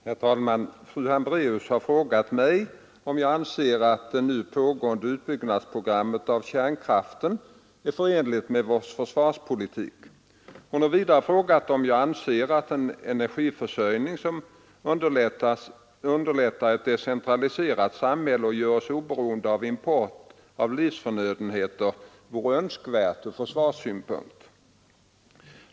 Herr talman! Fru Hambraeus har frågat mig om jag anser att det nu pågående utbyggnadsprogrammet för kärnkraften är förenligt med vår försvarspolitik. Hon har vidare frågat om jag anser att en energiförsörjning som underlättar ett decentraliserat samhälle och gör oss oberoende av import av livsförnödenheter vore önskvärt ur försvarssynpunkt.